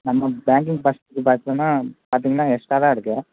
நம்ம banking process பார்த்தீங்கன்னா பார்த்தீங்கன்னா எக்ஸ்ட்ரா தான் இருக்குது